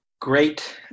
great